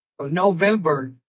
November